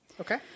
Okay